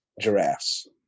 giraffes